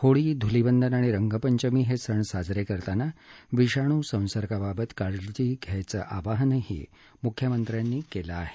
होळी धुलिवंदन आणि रंगपंचमी हे सण साजरे करताना विषाणू संसर्गाबाबत काळजी घेण्याचं आवाहनही मुख्यमंत्र्यांनी केलं आहे